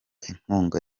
inkunga